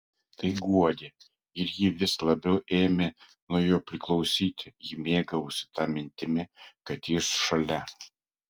tai guodė ir ji vis labiau ėmė nuo jo priklausyti ji mėgavosi ta mintimi kad jis šalia